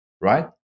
right